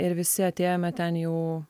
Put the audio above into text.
ir visi atėjome ten jau